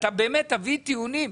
אתה באמת תביא טיעונים,